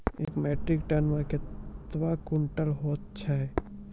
एक metric ton मे कतवा क्वींटल हैत छै?